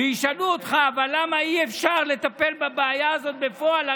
וישאלו אותך: אבל למה אי-אפשר לטפל בבעיה הזאת בפועל?